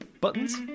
buttons